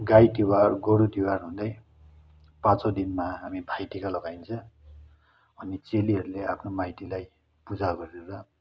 गाई तिहार गोरु तिहार हुँदै पाँचौँ दिनमा हामी भाइ टिका लगाइन्छ अनि चेलीहरूले आफ्नो माइतीलाई पूजा गरेर